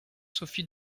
sophie